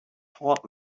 taught